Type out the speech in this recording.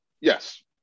Yes